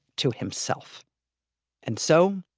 to himself and so,